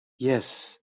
yes